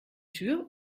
tür